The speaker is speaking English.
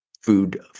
food